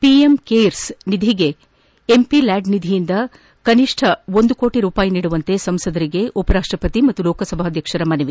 PM CARES ನಿಧಿಗೆ MP LAD ನಿಧಿಯಿಂದ ಕನಿಷ್ಠ ಒಂದು ಕೋಟ ರೂಪಾಯಿ ನೀಡುವಂತೆ ಸಂಸದರಿಗೆ ಉಪರಾಷ್ಟಪತಿ ಮತ್ತು ಲೋಕಸಭಾ ಅಧ್ಯಕ್ಷರ ಮನವಿ